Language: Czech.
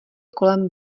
kolem